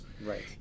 Right